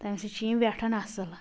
تَمہِ سۭتۍ چھِ یِم ویٚٹھان اصٕل